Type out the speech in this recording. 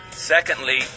Secondly